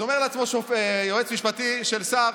אז אומר לעצמו יועץ משפטי של שר: